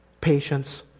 patience